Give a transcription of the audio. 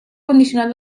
condicionat